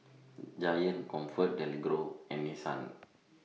Giant ComfortDelGro and Nissan